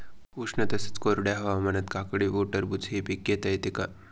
उष्ण तसेच कोरड्या हवामानात काकडी व टरबूज हे पीक घेता येते का?